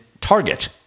Target